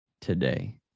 today